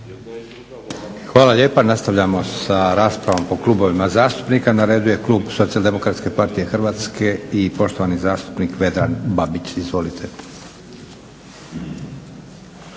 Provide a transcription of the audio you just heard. Hvala lijepo. Nastavljamo sa raspravom po klubovima zastupnika. Na redu je klub Socijaldemokratske partije Hrvatske i poštovani zastupnik Vedran Babić. Izvolite.